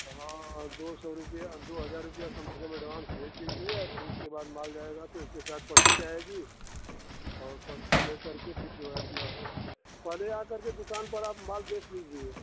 हँ दो सौ रुपया दो हज़ार रुपया कम से कम एडवान्स भेज दीजिए और फ़िर इसके बाद माल जाएगा तो इसके साथ पर्ची जाएगी और पर्ची ले करके फ़िर जो है अपना पहले आ करके दुकान पर आप माल देख लीजिए